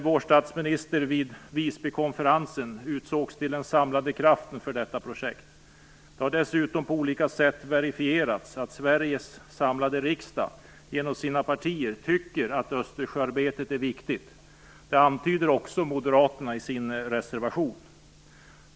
Vår statsminister utsågs vid Visbykonferensen till den samlande kraften i detta projekt. Det har dessutom på olika sätt verifierats att Sveriges samlade riksdag genom sina partier tycker att Östersjöarbetet är viktigt. Det antyder också Moderaterna i sin reservation.